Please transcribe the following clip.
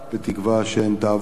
בתקווה שהן תעבורנה,